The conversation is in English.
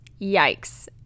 Yikes